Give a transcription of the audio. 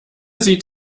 sieht